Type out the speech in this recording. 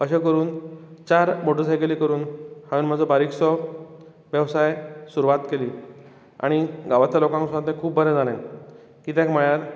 अशें करून चार मोटरसायकली करून हांवें म्हजो बारीकसो वेवसाय सुरवात केलो आनी गांवांतल्या लोकांक सुद्दां तें खूब बरें जालें कित्याक म्हळ्यार